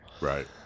Right